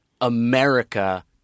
America –